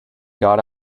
got